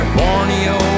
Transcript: borneo